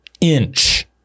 inch